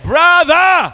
Brother